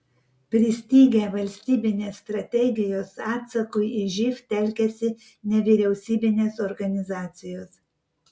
pristigę valstybinės strategijos atsakui į živ telkiasi nevyriausybinės organizacijos